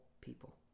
people